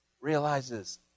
realizes